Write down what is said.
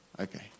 Okay